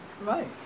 Right